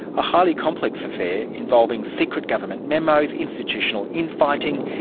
a highly complex affair involving secret government memos, institutional infighting,